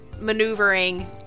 maneuvering